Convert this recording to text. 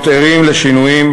להיות ערים לשינויים.